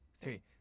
three